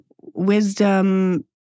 wisdom